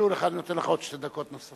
הפריעו לך, אני נותן לך עוד שתי דקות נוספות.